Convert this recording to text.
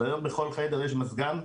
והיום בכל חדר יש מזגן,